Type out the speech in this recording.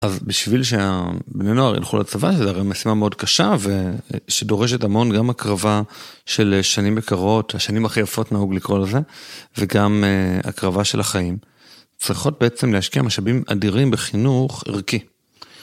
אז בשביל שהבני נוער ילכו לצבא שזה הרי משימה מאוד קשה ושדורשת המון גם הקרבה של שנים יקרות, השנים הכי יפות נהוג לקרוא לזה, וגם הקרבה של החיים, צריכות בעצם להשקיע משאבים אדירים בחינוך ערכי.